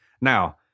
Now